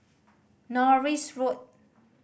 Norris Road